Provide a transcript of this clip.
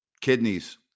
kidneys